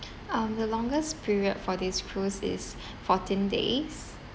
um the longest period for this cruise is fourteen days